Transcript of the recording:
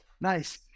Nice